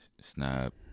snap